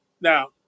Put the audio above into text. Now